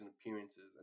appearances